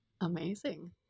Amazing